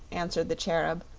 answered the cherub,